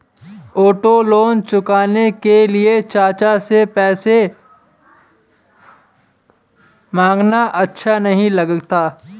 auto loan चुकाने के लिए चाचा से पैसे मांगना अच्छा नही लगता